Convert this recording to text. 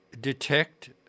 detect